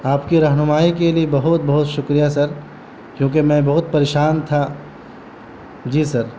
آپ کی رہنمائی کے لیے بہت بہت شکریہ سر کیونکہ میں بہت پریشان تھا جی سر